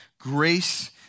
grace